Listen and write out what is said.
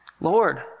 Lord